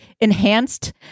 enhanced